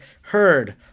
heard